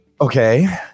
Okay